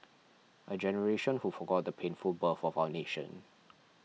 a generation who forgot the painful birth of our nation